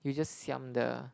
you just siam the